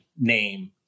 name